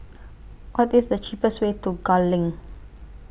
What IS The cheapest Way to Gul LINK